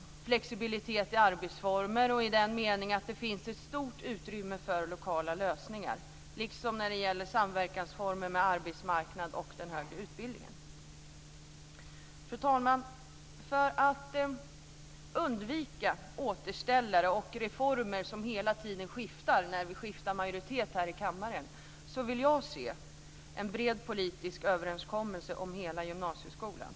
Det gäller flexibilitet i arbetsformer och i den meningen att det finns ett stort utrymme för lokala lösningar precis som när det gäller samverkansformer med arbetsmarknaden och den högre utbildningen. Fru talman! För att undvika återställare och reformer som hela tiden skiftar när vi byter majoritet här i kammaren vill jag se en bred politisk överenskommelse om hela gymnasieskolan.